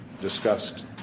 discussed